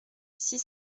six